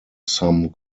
some